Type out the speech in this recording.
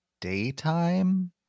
daytime